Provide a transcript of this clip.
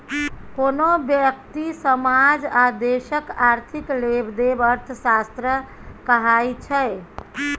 कोनो ब्यक्ति, समाज आ देशक आर्थिक लेबदेब अर्थशास्त्र कहाइ छै